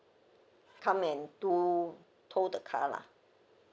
come and do tow the car lah